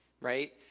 right